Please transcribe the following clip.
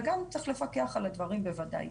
וגם צריך לפקח על הדברים בוודאי.